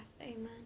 Amen